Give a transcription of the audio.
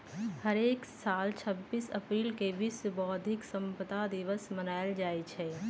हरेक साल छब्बीस अप्रिल के विश्व बौधिक संपदा दिवस मनाएल जाई छई